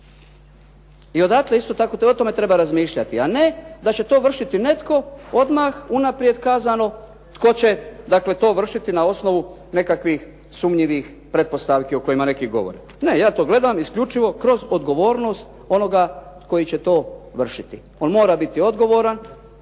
određenu. I o tome treba razmišljati, a ne da će to vršiti netko odmah unaprijed kazano tko će to vršiti na osnovu nekakvih sumnjivih pretpostavki o kojima neki govore. Ne ja to gledam isključivo kroz odgovornost onoga koji će to vršiti. On mora biti odgovoran